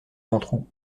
ventroux